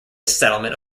settlement